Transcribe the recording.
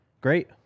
Great